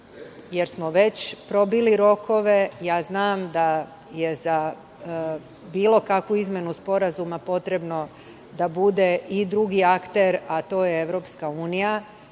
jer smo već probili rokove. Znam da je za bilo kakvu izmenu sporazuma potrebno da bude i drugi akter, a to je EU, da